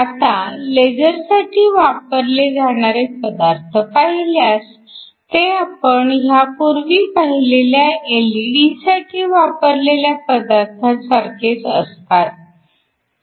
आता लेझरसाठी वापरले जाणारे पदार्थ पाहिल्यास ते आपण ह्या पूर्वी पाहिलेल्या एलईडीसाठी वापरलेल्या पदार्थासारखेच असतात